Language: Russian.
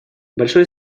большое